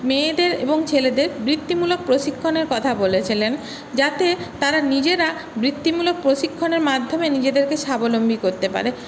মেয়েদের এবং ছেলেদের বৃত্তিমূলক প্রশিক্ষণের কথা বলেছিলেন যাতে তারা নিজেরা বৃত্তিমূলক প্রশিক্ষণের মাধ্যমে নিজেদেরকে স্বাবলম্বী করতে পারে